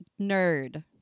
nerd